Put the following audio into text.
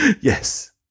yes